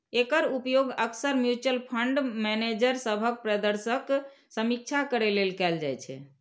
एकर उपयोग अक्सर mutual fund manager सभक प्रदर्शनक समीक्षा करै लेल कैल जाइ छै